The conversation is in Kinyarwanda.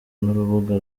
n’urubuga